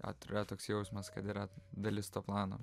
atrodo toks jausmas kad yra dalis to plano